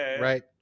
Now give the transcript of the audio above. right